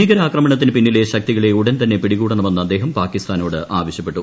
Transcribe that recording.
ഭീകരാക്രമണത്തിനു പിന്നില്ലെ ശക്തികളെ ഉടൻ തന്നെ പിടികൂടണമെന്ന് അദ്ദേഹർ പാക്കിസ്ഥാനോട് ആവശ്യപ്പെട്ടു